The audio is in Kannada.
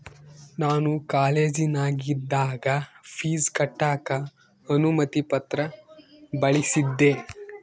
ನಾನು ಕಾಲೇಜಿನಗಿದ್ದಾಗ ಪೀಜ್ ಕಟ್ಟಕ ಅನುಮತಿ ಪತ್ರ ಬಳಿಸಿದ್ದೆ